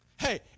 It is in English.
hey